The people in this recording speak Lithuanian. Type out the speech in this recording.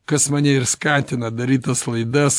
kas mane ir skatina daryt tas laidas